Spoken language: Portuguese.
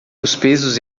pesos